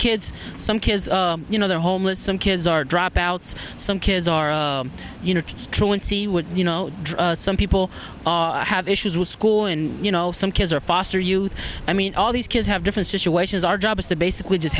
kids some kids you know they're homeless some kids are dropouts some kids are you know truancy would you know some people are have issues with school and you know some kids are foster youth i mean all these kids have different situations our job is to basically just